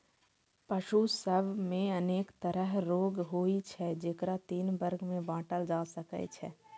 पशु सभ मे अनेक तरहक रोग होइ छै, जेकरा तीन वर्ग मे बांटल जा सकै छै